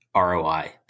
ROI